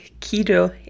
keto